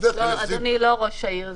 אדוני, לא ראש עיר.